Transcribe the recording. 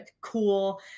cool